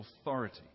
authority